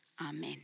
Amen